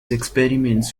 experiments